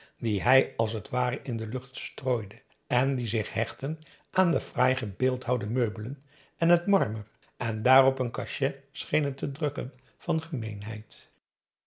die hij als het ware in de lucht strooide en die zich hechtten aan de fraai gebeeldhouwde meubelen en het marmer en daarop een cachet schenen te drukken van gemeenheid